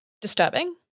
disturbing